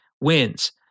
wins